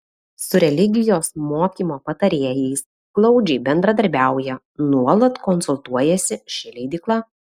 su religijos mokymo patarėjais glaudžiai bendradarbiauja nuolat konsultuojasi ši leidykla